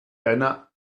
deiner